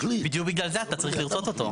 בדיוק בגלל זה אתה צריך לרצות אותו.